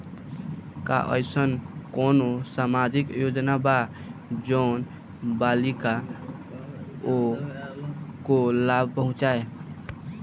का अइसन कोनो सामाजिक योजना बा जोन बालिकाओं को लाभ पहुँचाए?